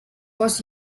was